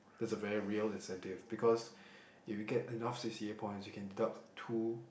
that's a very real incentive because if you get enough C_C_A points you can deduct two